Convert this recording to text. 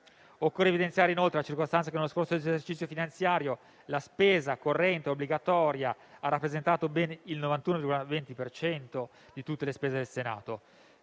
inoltre evidenziare la circostanza che nello scorso esercizio finanziario la spesa corrente obbligatoria ha rappresentato ben il 91,20 per cento di tutte le spese del Senato.